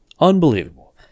Unbelievable